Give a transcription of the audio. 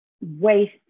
waste